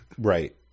right